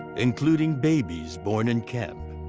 including babies born in camp,